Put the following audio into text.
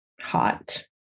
hot